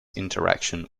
interaction